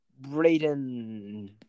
Brayden